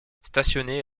stationné